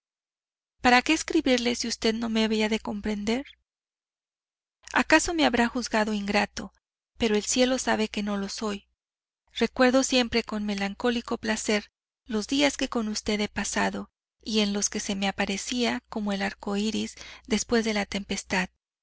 para que escribirle si usted no me había de comprender acaso me habrá juzgado ingrato pero el cielo sabe que no lo soy recuerdo siempre con melancólico placer los días que con usted he pasado y en los que se me aparecía como el arco iris después de la tempestad